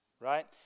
right